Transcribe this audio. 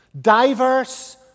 Diverse